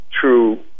true